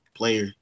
player